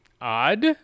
Odd